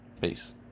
Peace